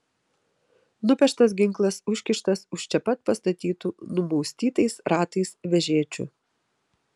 nupeštas ginklas užkištas už čia pat pastatytų numaustytais ratais vežėčių